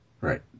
Right